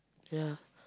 ya